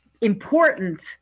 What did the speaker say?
important